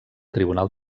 tribunal